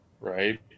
right